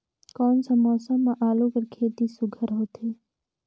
कोन सा मौसम म आलू कर खेती सुघ्घर होथे?